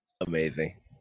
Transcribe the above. amazing